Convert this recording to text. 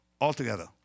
altogether